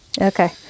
Okay